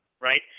right